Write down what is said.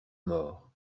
mort